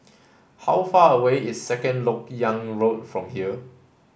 how far away is Second Lok Yang Road from here